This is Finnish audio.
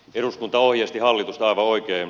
eduskunta ohjeisti hallitusta aivan oikein